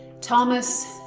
...Thomas